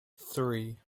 three